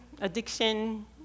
addiction